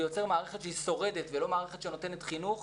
זה יוצר מערכת שהיא שורדת ולא מערכת שנותנת חינוך,